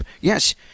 Yes